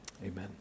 Amen